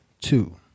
Two